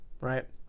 right